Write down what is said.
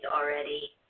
already